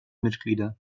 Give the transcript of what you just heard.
mitglieder